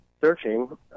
searching